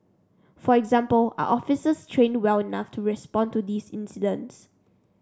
for example are officers trained well enough to respond to these incidents